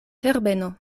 herbeno